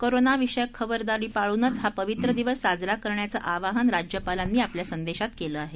corona विषयक खबरदारी पाळूनच हा पवित्र दिवस साजरा करण्याचं आवाहन राज्यपालांनी आपल्या संदेशात म्हटलं आहे